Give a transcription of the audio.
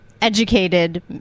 educated